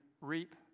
reap